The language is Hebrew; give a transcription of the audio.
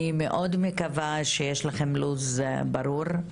אני מאד מקווה שיש לכם לו"ז ברור,